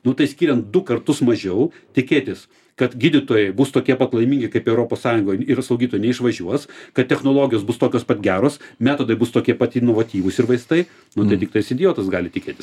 nu tai skiriant du kartus mažiau tikėtis kad gydytojai bus tokie pat laimingi kaip europos sąjungoj ir slaugytojai neišvažiuos kad technologijos bus tokios pat geros metodai bus tokie pat inovatyvūs ir vaistai nu tai tiktais idiotas gali tikėtis